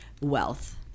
wealth